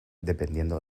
dependiendo